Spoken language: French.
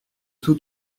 tous